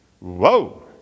Whoa